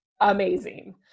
amazing